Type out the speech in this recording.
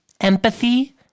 empathy